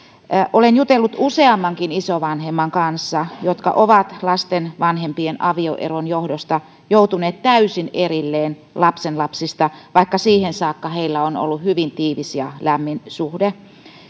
olen jutellut useammankin isovanhemman kanssa jotka ovat lasten vanhempien avioeron johdosta joutuneet täysin erilleen lapsenlapsista vaikka siihen saakka heillä on ollut hyvin tiivis ja lämmin suhde